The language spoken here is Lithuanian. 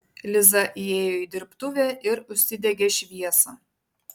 liza įėjo į dirbtuvę ir užsidegė šviesą